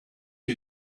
you